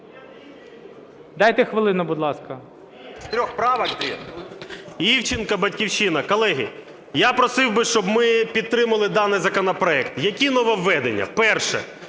Дайте хвилину, будь ласка.